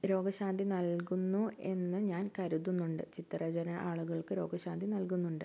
രോഗശാന്തി നൽകുന്നു എന്ന് ഞാൻ കരുതുന്നുണ്ട് ചിത്രരചന ആളുകൾക്ക് രോഗശാന്തി നൽകുന്നുണ്ട്